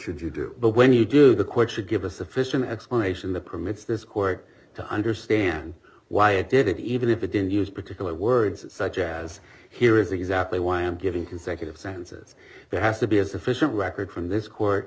you do but when you do the quote should give a sufficient explanation the permits this court to understand why it did it even if it didn't use particular words such as here is exactly why i'm giving consecutive sentences there has to be a sufficient record from this court